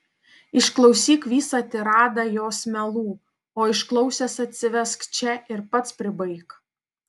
išklausyk visą tiradą jos melų o išklausęs atsivesk čia ir pats pribaik